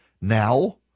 Now